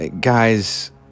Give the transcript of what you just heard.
Guys